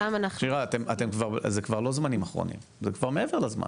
שירה, זה כבר לא זמנים אחרונים, זה כבר מעבר לזמן.